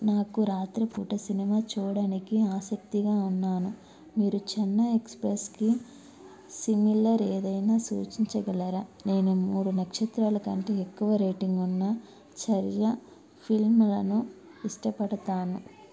నాకు రాత్రి పూట సినిమా చూడటానికి ఆసక్తిగా ఉన్నాను మీరు చెన్నై ఎక్స్ప్రెస్కి సిమిలర్ ఏదైనా సూచించగలరా నేను మూడు నక్షత్రాల కంటే ఎక్కువ రేటింగ్ ఉన్న చర్య ఫిల్మ్లను ఇష్టపడతాను